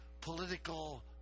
political